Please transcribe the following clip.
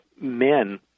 Men